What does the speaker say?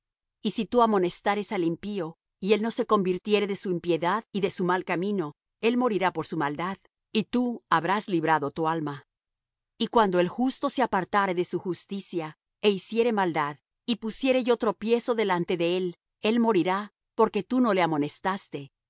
y si tú amonestares al impío y él no se convirtiere de su impiedad y de su mal camino él morirá por su maldad y tú habrás librado tu alma y cuando el justo se apartare de su justicia é hiciere maldad y pusiere yo tropiezo delante de él él morirá porque tú no le amonestaste